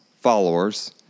followers